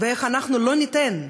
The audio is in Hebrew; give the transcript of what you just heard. איך אנחנו לא ניתן,